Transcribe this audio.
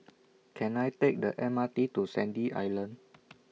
Can I Take The M R T to Sandy Island